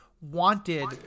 wanted